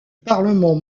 parlement